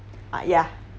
ah ya